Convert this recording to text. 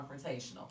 confrontational